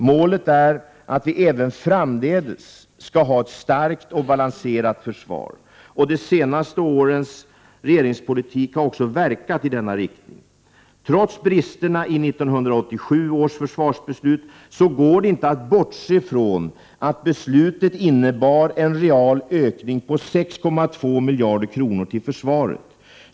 Målet är att vi även framdeles skall ha ett starkt och balanserat försvar. De senaste årens regeringspolitik har också verkat i denna riktning. Trots bristerna i 1987 års försvarsbeslut går det inte att bortse ifrån att beslutet innebar en real ökning på 6,2 miljarder kronor till försvaret.